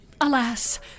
Alas